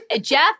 Jeff